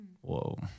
Whoa